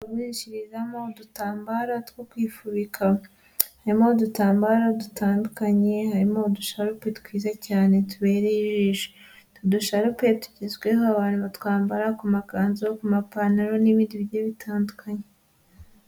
Kumwishyirizamo udutambara two kwifubika harimo udutambaro dutandukanye harimo udushape twiza cyane tubereye ijisho dushake tugezweho abantu batwambara ku makanzu ku mapantaro n'ibindi bice bitandukanye.